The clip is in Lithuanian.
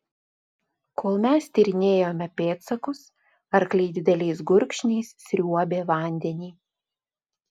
kol mes tyrinėjome pėdsakus arkliai dideliais gurkšniais sriuobė vandenį